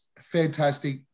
fantastic